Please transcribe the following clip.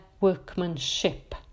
workmanship